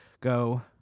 go